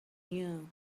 you